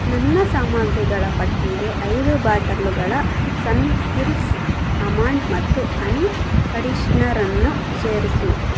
ನನ್ನ ಸಾಮಗ್ರಿಗಳ ಪಟ್ಟಿಗೆ ಐದು ಬಾಟಲ್ಲುಗಳ ಸನ್ಕಿಲ್ಸ್ ಅಮಾಂಡ್ ಮತ್ತು ಹನಿ ಕಂಡಿಶ್ನರನ್ನು ಸೇರಿಸು